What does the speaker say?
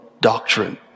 doctrine